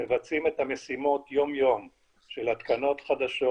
מבצעים את המשימות יום-יום של התקנות חדשות,